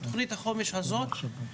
בתוכנית החומש הזאת,